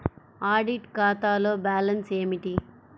Audit ఖాతాలో balance ఏమిటీ?